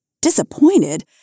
Disappointed